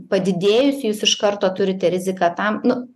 padidėjusi jūs iš karto turite riziką tam nu